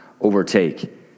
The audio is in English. overtake